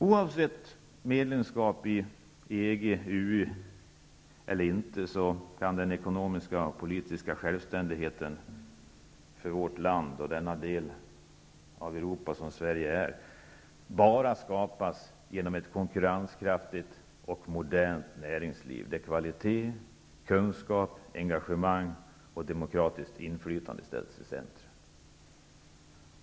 Oavsett medlemskap i EG eller EU kan den ekonomiska och politiska självständigheten för vårt land och den del av Europa som Sverige tillhör bara skapas genom ett konkurrenskraftigt och modernt näringsliv där kvalitet, kunskap, engagemang och demokratiskt inflytande ställts i centrum.